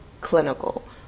clinical